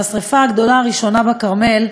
והשרפה הגדולה הראשונה בכרמל,